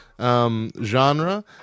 Genre